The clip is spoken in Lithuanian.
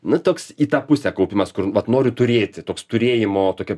nu toks į tą pusę kaupimas kur vat noriu turėti toks turėjimo tokio